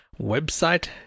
website